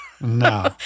No